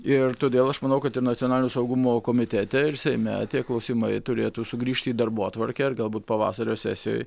ir todėl aš manau kad ir nacionalinio saugumo komitete ir seime tie klausimai turėtų sugrįžti į darbotvarkę galbūt pavasario sesijoj